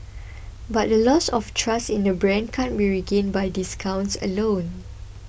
but the loss of trust in the brand can't be regained by discounts alone